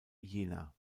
jena